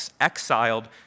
exiled